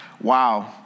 Wow